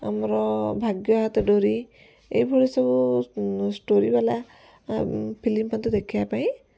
ଆମର ଭାଗ୍ୟ ହାତେ ଡୋରି ଏଇଭଳି ସବୁ ଷ୍ଟୋରୀବାଲା ଫିଲ୍ମ ମୋତେ ଦେଖିବା ପାଇଁ